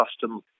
custom